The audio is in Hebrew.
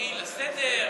תקראי לסדר?